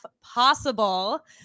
possible